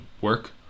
work